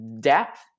depth